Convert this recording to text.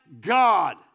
God